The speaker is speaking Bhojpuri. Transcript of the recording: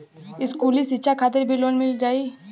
इस्कुली शिक्षा खातिर भी लोन मिल जाई?